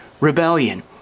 rebellion